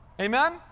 Amen